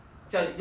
then